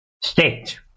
state